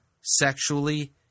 sexually